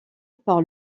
par